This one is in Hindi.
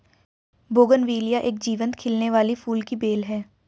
बोगनविलिया एक जीवंत खिलने वाली फूल की बेल है